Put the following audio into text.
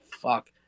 fuck